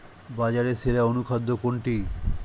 বাজারে সেরা অনুখাদ্য কোনটি?